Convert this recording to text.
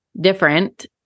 different